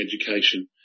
education